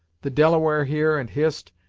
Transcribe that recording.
the delaware, here, and hist,